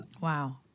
Wow